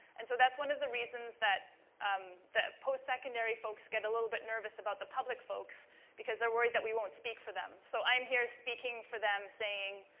and so, that's one of the reasons that um post-secondary folks get a little bit nervous about the public folks because they're worried that we won't speak for them. so, i'm here speaking for them saying,